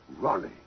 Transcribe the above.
Ronnie